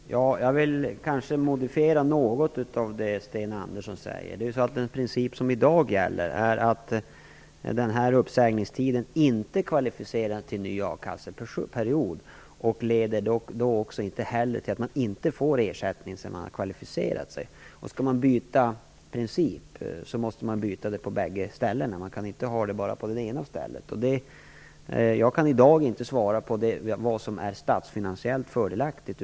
Herr talman! Jag vill nog göra en liten modifiering beträffande det som Sten Andersson säger. Den princip som i dag gäller är att uppsägningstiden i det här fallet inte kvalificerar till en ny a-kasseperiod och inte heller leder till att man inte får ersättning sedan man kvalificerat sig. Skall man byta princip måste man göra det på bägge ställena. Det går alltså inte att bara byta på det ena stället. Jag kan i dag inte säga vilket av de två alternativen som är statsfinansiellt fördelaktigt.